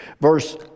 verse